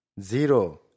zero